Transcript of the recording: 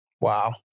Wow